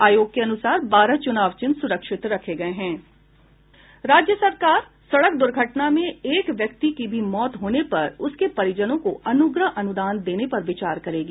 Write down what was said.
आयोग के अनुसार बारह चुनाव चिन्ह सुरक्षित रखे गये हैं राज्य सरकार सड़क दूर्घटना में एक व्यक्ति की भी मौत होने पर उसके परिजनों को अनुग्रह अनुदान देने पर विचार करेगी